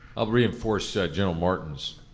i'll reinforce so general martin's.